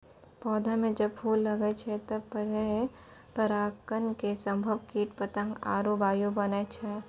पौधा म जब फूल लगै छै तबे पराग कण के सभक कीट पतंग आरु वायु बनै छै